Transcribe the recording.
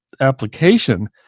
application